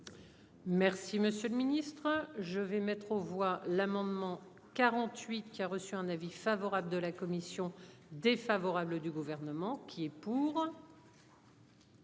Merci, monsieur le Ministre, je vais mettre aux voix l'amendement 48 qui a reçu un avis favorable de la commission défavorable du gouvernement. Qui est pour.